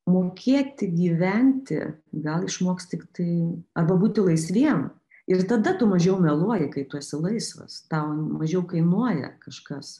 mokėti gyventi gal išmoks tiktai arba būti laisviem ir tada tu mažiau meluoji kai tu esi laisvas tau mažiau kainuoja kažkas